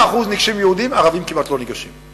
99% מהניגשים יהודים, וערבים כמעט שלא ניגשים.